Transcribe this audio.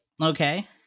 okay